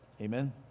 Amen